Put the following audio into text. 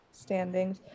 standings